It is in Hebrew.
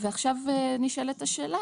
ועכשיו נשאלת השאלה,